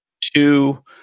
two